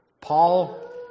Paul